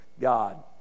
God